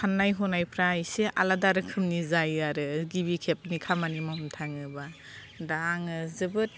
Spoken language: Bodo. साननाय हनायफ्रा एसे आलादा रोखोमनि जायो आरो गिबि खेबनि खामानि मावनो थाङोब्ला दा आङो जोबोद